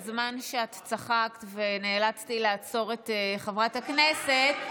בזמן שאת צחקת ונאלצתי לעצור את חברת הכנסת,